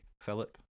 Philip